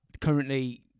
currently